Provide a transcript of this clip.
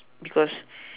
because